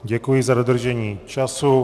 Děkuji za dodržení času.